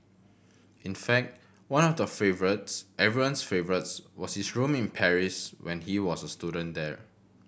in fact one of the favourites everyone's favourites was his room in Paris when he was a student there